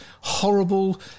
horrible